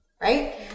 Right